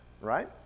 right